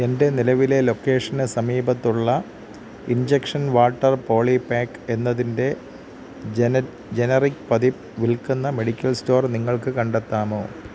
എൻ്റെ നിലവിലെ ലൊക്കേഷന് സമീപത്തുള്ള ഇൻജക്ഷൻ വാട്ടർ പോളിപാക്ക് എന്നതിൻ്റെ ജെനെ ജനറിക് പതിപ്പ് വിൽക്കുന്ന മെഡിക്കൽ സ്റ്റോർ നിങ്ങൾക്ക് കണ്ടെത്താമോ